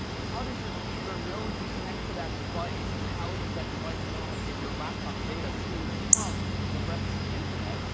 how does your computer know how to connect to that device, and how does that device know how to get your laptop's data to and from the rest of the internet?